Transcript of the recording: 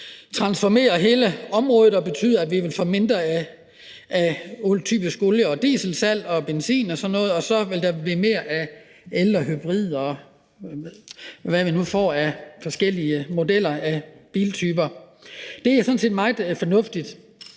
transformere hele området og betyde, at vi vil få mindre af typisk olie- og dieselsalg og benzinsalg og sådan noget, og at der så vil blive flere el- og hybridbiler, og hvad vi nu får af forskellige bilmodeller og -typer, og det er sådan set meget fornuftigt.